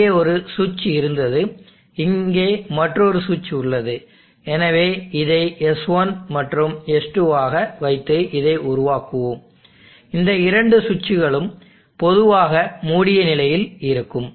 இங்கே ஒரு சுவிட்ச் இருந்தது இங்கே மற்றொரு சுவிட்ச் உள்ளது எனவே இதை S1 மற்றும் S2 ஆக வைத்து இதை உருவாக்குவோம் இந்த இரண்டு சுவிட்சுகளும் பொதுவாக மூடிய நிலையில் இருக்கும்